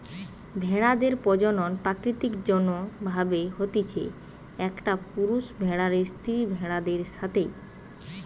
ভেড়াদের প্রজনন প্রাকৃতিক যৌন্য ভাবে হতিছে, একটা পুরুষ ভেড়ার স্ত্রী ভেড়াদের সাথে